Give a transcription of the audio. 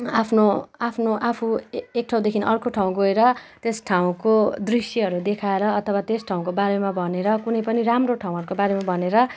आफ्नो आफ्नो आफू आफू एक ठाउँदेखि अर्को ठाउँ गएर त्यस ठाउँको दृश्यहरू देखाएर अथवा त्यस ठाउँको बारेमा भनेर कुनै पनि राम्रो ठाउँहरूको बारेमा भनेर